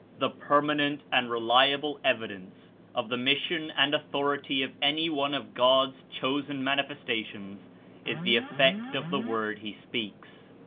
the permanent and reliable evi dence of the mission and authority of any one of god's chosen manifestations is the effect of the word he speaks.